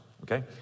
Okay